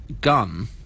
gun